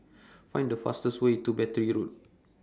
Find The fastest Way to Battery Road